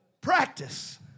practice